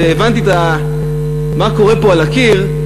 כשהבנתי מה קורה פה על הקיר,